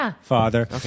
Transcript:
father